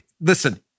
listen